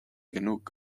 genug